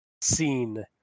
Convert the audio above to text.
scene